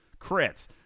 crits